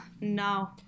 no